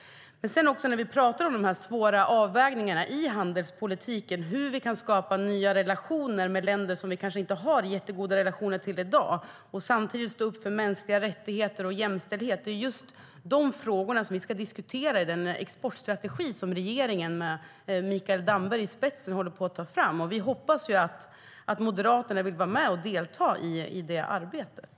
Vi ska ju diskutera de svåra avvägningarna i handelspolitiken, hur vi kan skapa nya relationer med länder som vi kanske inte har så goda relationer till i dag och samtidigt stå upp för mänskliga rättigheter och jämställdhet. Det är de frågorna vi ska diskutera i den exportstrategi som regeringen med Mikael Damberg i spetsen håller på att ta fram. Vi hoppas att Moderaterna vill vara med och delta i det arbetet.